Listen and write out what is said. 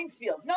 No